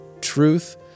truth